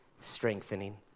strengthening